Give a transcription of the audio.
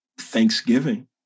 Thanksgiving